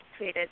tweeted